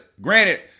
granted